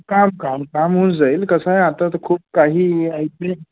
काम काम काम होऊन जाईल कसंय आता तर खूप काही ऐक